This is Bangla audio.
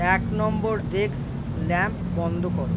এক নম্বর ডেস্ক ল্যাম্প বন্ধ করো